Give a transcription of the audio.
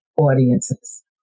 audiences